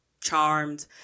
Charmed